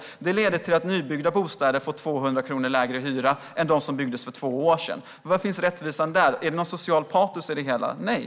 Subventionerna leder till att nybyggda bostäder får 200 kronor lägre hyra än de som byggdes för två år sedan. Var finns rättvisan där? Finns det ett socialt patos i det hela? Nej.